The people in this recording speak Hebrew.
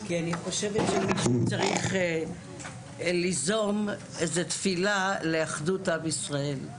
כי אני חושבת שלפעמים צריך ליזום איזה תפילה לאחדות עם ישראל.